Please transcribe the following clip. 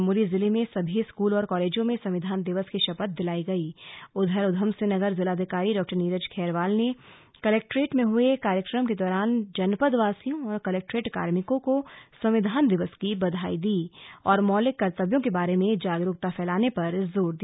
चमोली जिले में सभी स्कूल और कॉलेजों में संविधान दिवस की शपथ दिलाई गई स उधर उधमसिंह नगर जिलाधिकारी डॉ नीरज खैरवाल ने कलेक्ट्रेट में हुए कार्यक्रम के दौरान जनपद वासियों और कलेक्ट्रेट कार्मिकों को संविधान दिवस की बधाई दी और मौलिक कर्तव्यों के बारे में जागरूकता फैलाने पर जोर दिया